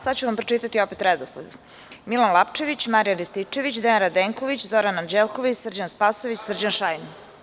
Sada ću vam pročitati redosled javljanja: Milan Lapčević, Marijan Rističević, Dejan Radenković, Zoran Anđelković, Srđan Spasojević, Srđan Šajn.